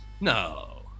No